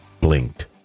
blinked